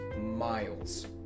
miles